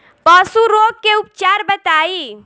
पशु रोग के उपचार बताई?